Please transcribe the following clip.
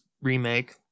remake